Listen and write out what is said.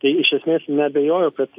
tai iš esmės neabejoju kad